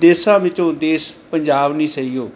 ਦੇਸ਼ਾਂ ਵਿੱਚੋਂ ਦੇਸ਼ ਪੰਜਾਬ ਨੀ ਸਈਓ